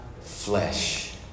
flesh